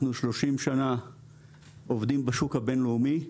אנחנו 30 שנה עובדים בשוק הבינלאומי,